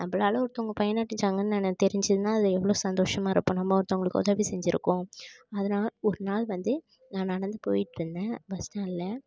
நம்பளால் ஒருத்தங்க பயனடைஞ்சாங்கனு தெரிஞ்சுதுன்னா அதில் எவ்வளோ சந்தோஷமாகருப்போம் நம்ம ஒருத்தங்களுக்கு உதவி செஞ்சுருக்கோம் அதனால ஒரு நாள் வந்து நான் நடந்து போயிட்டிருந்தேன் பஸ் ஸ்டாண்டில்